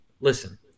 listen